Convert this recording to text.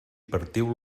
partiu